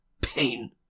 Pain